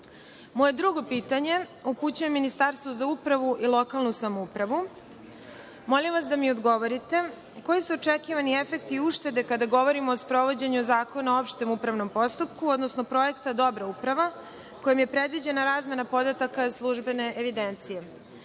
rad. Moje drugo pitanje upućujem Ministarstvu za upravu i lokalnu samoupravu. Molim vas da mi odgovorite – koji su očekivani efekti i uštede kada govorimo o sprovođenju Zakona o opštem upravnom postupku, odnosno projekta „Dobra uprava“, kojim je predviđena razmena podataka službene evidencije.